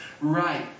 right